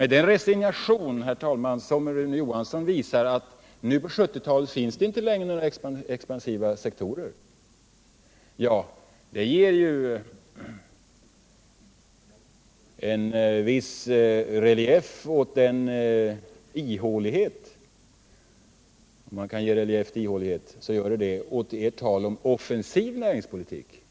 Den resignation, herr talman, som Rune Johansson visar när han säger att det på 1970-talet inte längre finns några expanderande sektorer ger ju en viss relief åt ihåligheten — om man kan ge relief åt ihålighet — i ert tal om offensiv näringspolitik.